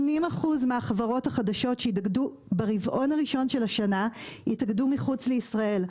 80% מהחברות החדשות שהתאגדו ברבעון הראשון של השנה התאגדו מחוץ לישראל,